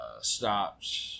Stopped